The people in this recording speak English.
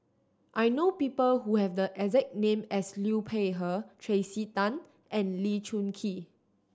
I know people who have the exact name as Liu Peihe Tracey Tan and Lee Choon Kee